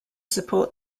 support